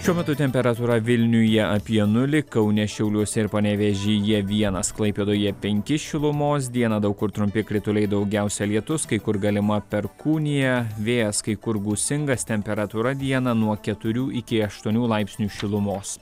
šiuo metu temperatūra vilniuje apie nulį kaune šiauliuose ir panevėžyje vienas klaipėdoje penki šilumos dieną daug kur trumpi krituliai daugiausia lietus kai kur galima perkūnija vėjas kai kur gūsingas temperatūra dieną nuo keturių iki aštuonių laipsnių šilumos